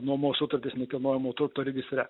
nuomos sutartis nekilnojamo turto registre